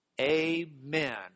Amen